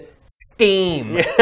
Steam